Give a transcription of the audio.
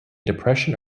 depression